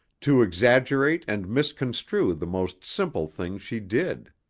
to exaggerate and misconstrue the most simple things she did.